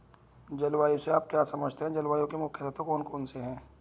जलवायु से आप क्या समझते हैं जलवायु के मुख्य तत्व कौन कौन से हैं?